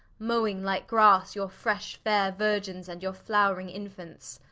mowing like grasse your fresh faire virgins, and your flowring infants.